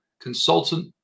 consultant